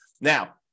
now